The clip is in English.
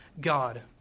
God